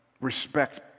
respect